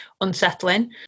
unsettling